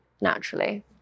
naturally